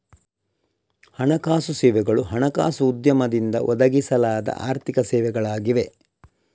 ಹಣಕಾಸು ಸೇವೆಗಳು ಹಣಕಾಸು ಉದ್ಯಮದಿಂದ ಒದಗಿಸಲಾದ ಆರ್ಥಿಕ ಸೇವೆಗಳಾಗಿವೆ